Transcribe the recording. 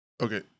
okay